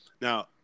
Now